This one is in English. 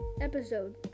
episode